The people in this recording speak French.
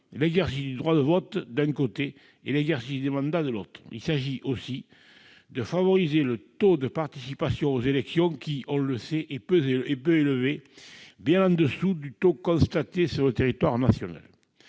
l'exercice du droit de vote, d'un côté, et l'exercice des mandats, de l'autre. Il s'agirait aussi de favoriser le taux de participation aux élections qui, on le sait, est peu élevé et se trouve même bien en deçà du taux constaté sur le territoire national.